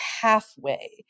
halfway